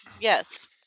Yes